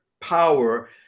power